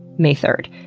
may third.